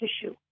tissue